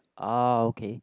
ah okay